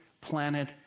Planet